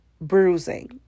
bruising